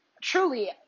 Truly